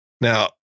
Now